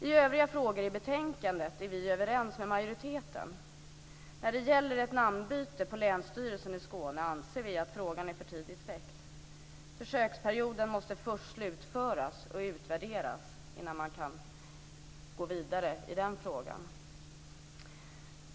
I övriga frågor i betänkandet är vi överens med majoriteten. När det gäller ett namnbyte på länsstyrelsen i Skåne anser vi att frågan är för tidigt väckt. Försöksperioden måste först slutföras och utvärderas innan man kan gå vidare i den frågan.